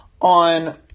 on